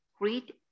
read